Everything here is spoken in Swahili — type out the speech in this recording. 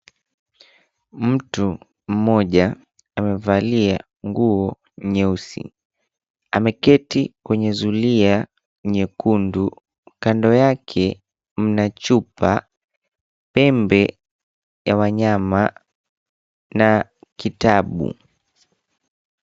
Mtu mmoja amevalia nguo nyeusi. Ameketi kwenye zulia nyekundu. Kando yake mna chupa, pembe ya wanyama na kitabu.